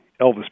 Elvis